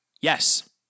Yes